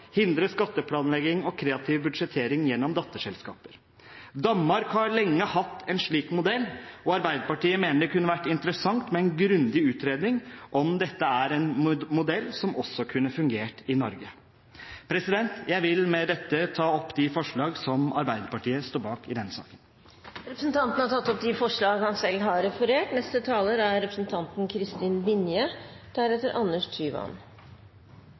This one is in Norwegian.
hindre skatteplanlegging og kreativ budsjettering gjennom datterselskaper. Danmark har lenge hatt en slik modell, og Arbeiderpartiet mener det kunne vært interessant med en grundig utredning om dette er en modell som også kunne fungert i Norge. Jeg vil med dette ta opp de forslag som Arbeiderpartiet er med på i denne saken. Representanten Christian Tynning Bjørnø har tatt opp de forslagene han